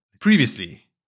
previously